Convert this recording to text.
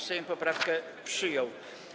Sejm poprawkę przyjął.